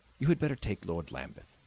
you had better take lord lambeth.